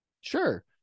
Sure